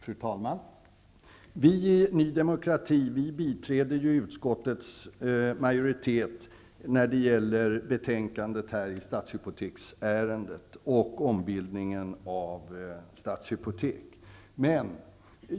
Fru talman! Vi i Ny demokrati biträder utskottets majoritet i betänkandet om Stadshypotek och ombildningen av Stadshypotek.